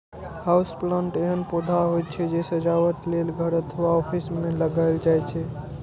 house plant एहन पौधा होइ छै, जे सजावट लेल घर अथवा ऑफिस मे लगाएल जाइ छै